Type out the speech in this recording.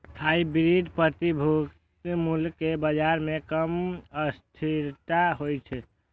hybrid प्रतिभूतिक मूल्य मे बाजार मे कम अस्थिरता होइ छै